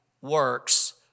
works